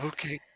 Okay